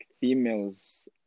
females